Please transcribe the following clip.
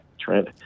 Trent